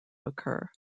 occur